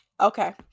okay